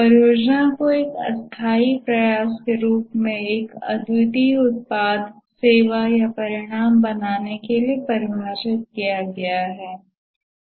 परियोजना को एक अस्थायी प्रयास के रूप में एक अद्वितीय उत्पाद सेवा या परिणाम बनाने के लिए परिभाषित किया गया है